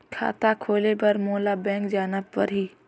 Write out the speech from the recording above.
खाता खोले बर मोला बैंक जाना परही?